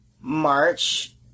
March